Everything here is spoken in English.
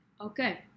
Okay